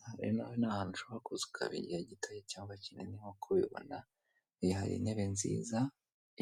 Aha rero nawe n'ahantu ushobora ku ukaba igihe gito cyangwa kinini nkuko ubibona, hari intebe nziza